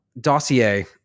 dossier